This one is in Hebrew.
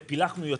ופילחנו יותר,